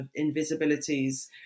invisibilities